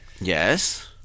Yes